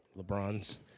lebron's